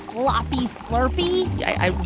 sloppy slurpee yeah, i.